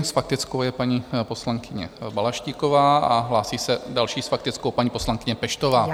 S faktickou je paní poslankyně Balaštíková a hlásí se další s faktickou paní poslankyně Peštová.